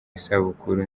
isabukuru